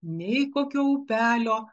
nei kokio upelio